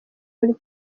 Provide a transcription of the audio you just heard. muri